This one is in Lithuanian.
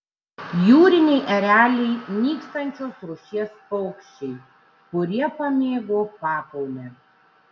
jūriniai ereliai nykstančios rūšies paukščiai kurie pamėgo pakaunę